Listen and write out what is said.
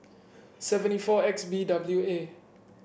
seventy four X B W A